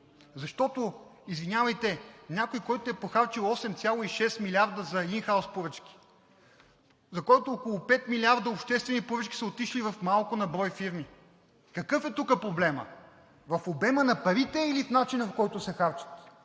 защото някой е похарчил 8,6 милиарда за ин хаус поръчки и около 5 милиарда за обществени поръчки са отишли в малко на брой фирми. Какъв е тук проблемът? В обема на парите или в начина, по който се харчат?